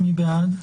מי בעד?